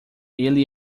ele